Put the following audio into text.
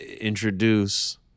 introduce